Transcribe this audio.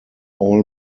all